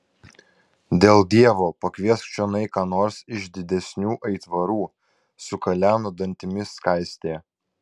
dėl dievo pakviesk čionai ką nors iš didesnių aitvarų sukaleno dantimis skaistė